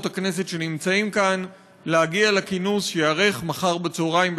הכנסת שנמצאים כאן להגיע לכינוס שייערך מחר בצהריים,